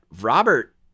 Robert